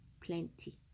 Plenty